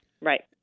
Right